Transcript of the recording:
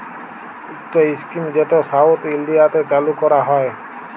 ইকট ইস্কিম যেট সাউথ ইলডিয়াতে চালু ক্যরা হ্যয়